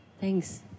Thanks